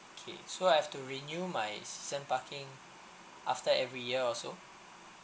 okay so I've to renew my season parking after every year also